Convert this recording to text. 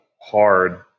hard